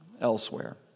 elsewhere